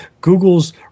Google's